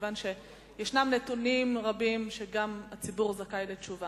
מכיוון שיש נתונים רבים שגם הציבור זכאי לשמוע.